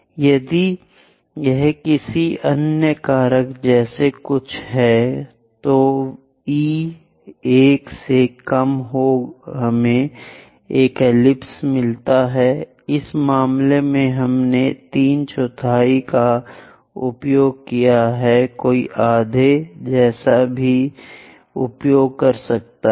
यदि यह किसी अन्य कारक जैसा कुछ है तो e 1 से कम हमें एक एलिप्स मिलता है इस मामले में हमने तीन चौथाई का उपयोग किया है कोई आधा जैसा भी उपयोग कर सकता है